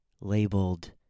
labeled